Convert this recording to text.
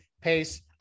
pace